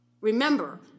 remember